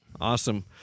Awesome